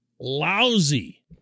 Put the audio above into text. lousy